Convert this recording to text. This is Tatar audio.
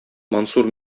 мансур